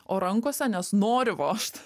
o rankose nes nori vožt